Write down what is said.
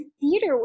theater